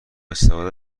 استفاده